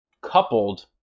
coupled